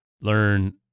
learn